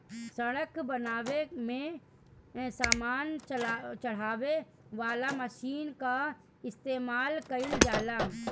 सड़क बनावे में सामान चढ़ावे वाला मशीन कअ इस्तेमाल कइल जाला